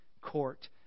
court